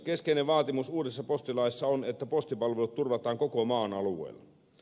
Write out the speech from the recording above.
keskeinen vaatimus uudessa postilaissa on että postipalvelut turvataan koko maan alueella